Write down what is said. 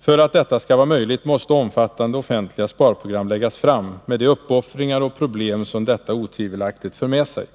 För att detta skall vara möjligt måste omfattande offentliga sparprogram läggas fram, med de uppoffringar och problem som detta otvivelaktigt för med sig.